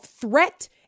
threat